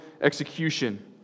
execution